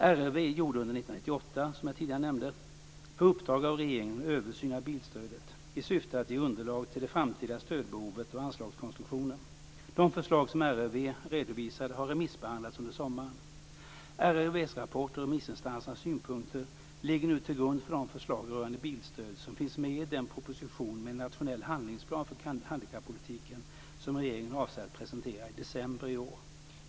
RRV gjorde under 1998, som jag nämnde tidigare, på uppdrag av regeringen en översyn av bilstödet i syfte att ge underlag till det framtida stödbehovet och anslagskonstruktionen. De förslag som RRV redovisade har remissbehandlats under sommaren. RRV:s rapport och remissinstansernas synpunkter ligger nu till grund för de förslag rörande bilstöd som finns med i den proposition med en nationell handlingsplan för handikappolitiken som regeringen avser att presentera i december i år.